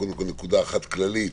נקודה אחת כללית